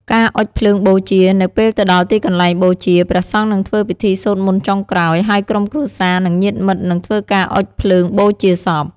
ការអុជភ្លើងបូជា នៅពេលទៅដល់ទីកន្លែងបូជា ព្រះសង្ឃនឹងធ្វើពិធីសូត្រមន្តចុងក្រោយ ហើយក្រុមគ្រួសារ និងញាតិមិត្តនឹងធ្វើការអុជភ្លើងបូជាសព។